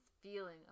feeling